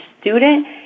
student